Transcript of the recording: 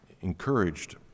encouraged